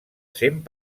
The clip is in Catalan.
cent